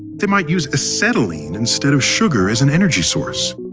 they might use acetylene instead of sugar as an energy source.